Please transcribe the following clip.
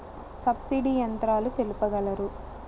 Subsidy యంత్రాలు తెలుపగలరు?